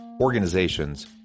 organizations